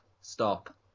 stop